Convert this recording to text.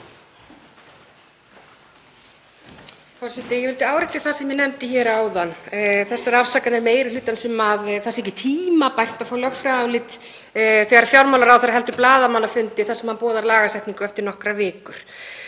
þessar afsakanir meiri hlutans um að ekki sé tímabært að fá lögfræðiálit þegar fjármálaráðherra heldur blaðamannafundi þar sem hann boðar lagasetningu eftir nokkrar vikur.